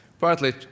partly